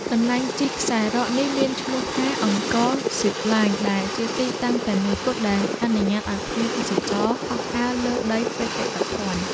កន្លែងជិះខ្សែរ៉កនេះមានឈ្មោះថា អង្គរ ស៊ីបឡាញ ដែលជាទីតាំងតែមួយគត់ដែលអនុញ្ញាតឱ្យភ្ញៀវទេសចរហោះហើរលើដីបេតិកភណ្ឌ។